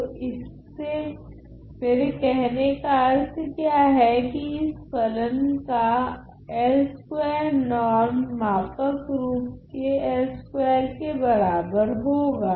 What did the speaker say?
तो इससे मेरे कहने का अर्थ क्या है की इस फलन का L2 नोर्म मापक रूप के L2 के बराबर होगा